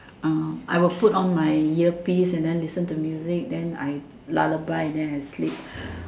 uh I will put on my earpiece and then listen to music then I lullaby and then I sleep